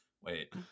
Wait